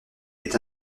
est